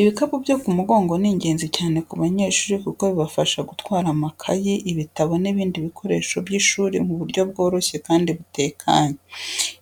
Ibikapu byo ku mugongo ni ingenzi cyane ku banyeshuri kuko bibafasha gutwara amakayi, ibitabo, n’ibindi bikoresho by’ishuri mu buryo bworoshye kandi butekanye.